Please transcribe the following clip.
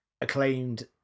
acclaimed